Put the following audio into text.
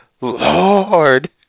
Lord